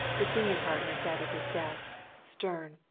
the senior partner sat at his desk, stern,